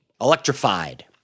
electrified